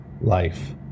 life